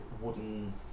wooden